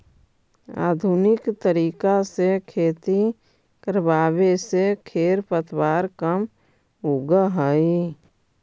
आधुनिक तरीका से खेती करवावे से खेर पतवार कम उगह हई